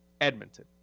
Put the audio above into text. Edmonton